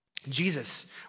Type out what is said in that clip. Jesus